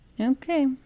okay